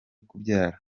kubyara